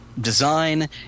design